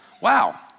Wow